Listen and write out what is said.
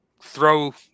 throw